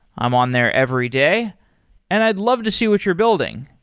i'm on there every day and i'd love to see what you're building.